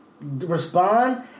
respond